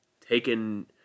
taken